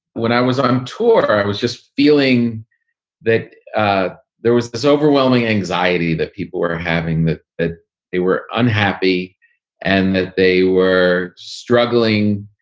when i was on tour, i was just feeling that ah there was this overwhelming anxiety that people were having that, that they were unhappy and that they were struggling.